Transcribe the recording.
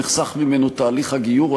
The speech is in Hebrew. נחסך ממנו תהליך הגיור,